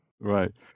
Right